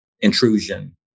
intrusion